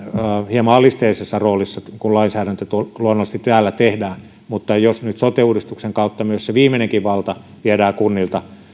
hieman alisteisessa roolissa kun lainsäädäntö luonnollisesti täällä tehdään mutta jos nyt sote uudistuksen kautta kunnilta myös se viimeinenkin valta